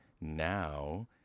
now